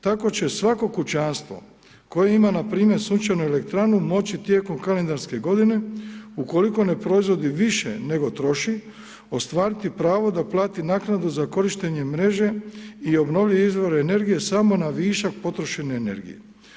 Tko će svako kućanstvo koje ima npr. sunčanu elektranu moći tijekom kalendarske godine ukoliko ne proizvodi više nego troši ostvariti pravo da plati naknadu za korištenje mreže i obnovljive izvore energije samo na višak potrošene energije.